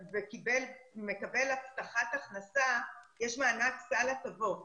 ומקבל הבטחת הכנסה יש מענק סל הטבות